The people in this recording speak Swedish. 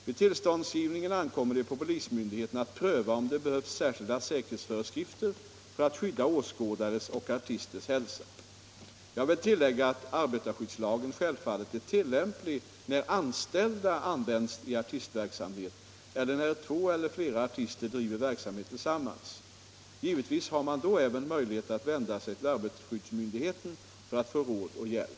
Vid tillståndsgivningen ankommer det på polismyndigheten att pröva om det behövs särskilda säkerhetsföreskrifter för att skydda åskådares och artisters hälsa. Jag vill tillägga att arbetarskyddslagen självfallet är tillämplig när anställda används i artistverksamhet eller när två eller flera artister driver verksamhet tillsammans. Givetvis har man då även möjlighet att vända sig till arbetarskyddsmyndigheterna för att få råd och hjälp.